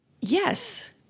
yes